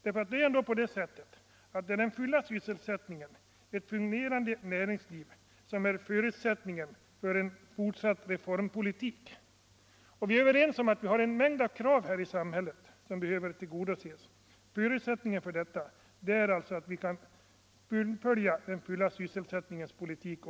Den fulla sysselsättningen, ett fungerande näringsliv, är ändå förutsättningen för en fortsatt reformpolitik. Vi har en mängd krav i samhället som bör tillgodoses. Förutsättningen för att kunna göra det är att vi kan fortsätta att föra den fulla sysselsättningens politik.